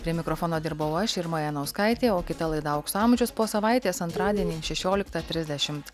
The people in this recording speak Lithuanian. prie mikrofono dirbau aš irma janauskaitė o kita laida aukso amžius po savaitės antradienį šešioliktą trisdešimt